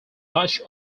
much